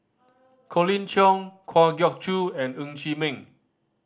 Colin Cheong Kwa Geok Choo and Ng Chee Meng